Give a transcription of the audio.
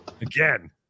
Again